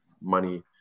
money